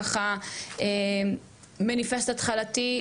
ככה מניפסט התחלתי.